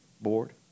board